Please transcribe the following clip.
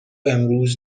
امروز